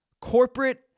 corporate